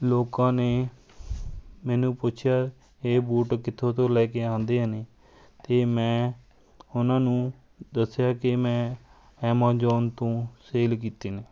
ਲੋਕਾਂ ਨੇ ਮੈਨੂੰ ਪੁੱਛਿਆ ਇਹ ਬੂਟ ਕਿੱਥੋਂ ਤੋਂ ਲੈ ਕੇ ਆਉਂਦੇ ਨੇ ਤਾਂ ਮੈਂ ਉਹਨਾਂ ਨੂੰ ਦੱਸਿਆ ਕਿ ਮੈਂ ਐਮਾਜੋਨ ਤੋਂ ਸੇਲ ਕੀਤੇ ਨੇ